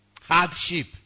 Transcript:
hardship